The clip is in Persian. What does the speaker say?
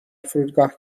فرودگاه